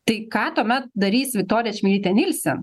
tai ką tuomet darys viktorija čmilytė nilsen